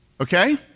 Okay